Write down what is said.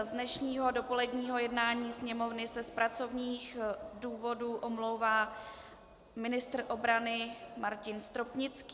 Z dnešního dopoledního jednání Sněmovny se z pracovních důvodů omlouvá ministr obrany Martin Stropnický.